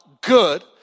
good